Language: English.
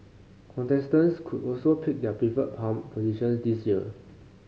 contestants could also pick their preferred palm positions this year